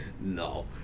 no